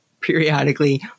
periodically